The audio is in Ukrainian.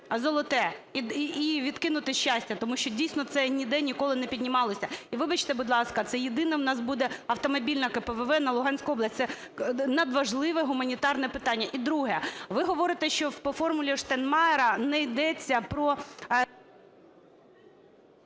"Золоте"? І відкинути Щастя, тому що, дійсно, це ніде, ніколи не піднімалося. І, вибачте, будь ласка, це єдине у нас буде автомобільне КПВВ на Луганську область. Це надважливе гуманітарне питання. І друге. Ви говорите, що по "формулі Штайнмайєра" не йдеться про…